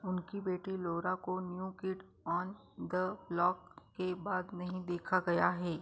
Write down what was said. उनकी बेटी लौरा को new kid on the block के बाद नहीं देखा गया है